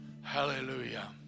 Hallelujah